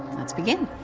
let's begin.